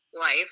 life